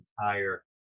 entire